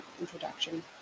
introduction